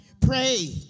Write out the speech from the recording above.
Pray